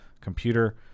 computer